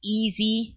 easy